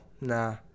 nah